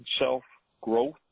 self-growth